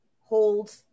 hold